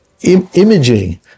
imaging